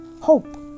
hope